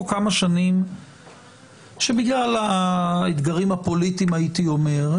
כמה שנים שבגלל האתגרים הפוליטיים הייתי אומר,